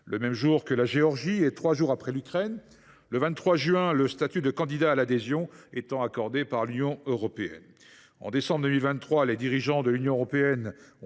le même jour que la Géorgie et trois jours après l’Ukraine. Le 23 juin, le statut de candidat à l’adhésion est accordé par l’Union européenne. En décembre 2023, les dirigeants de l’Union européenne ont